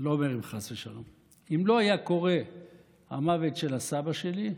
אני לא אומר "אם חס ושלום"; אם לא היה קורה המוות של הסבא שלי,